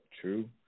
true